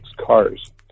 cars